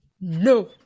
no